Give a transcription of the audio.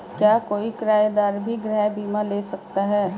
क्या कोई किराएदार भी गृह बीमा ले सकता है?